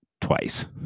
twice